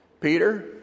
Peter